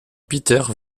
peter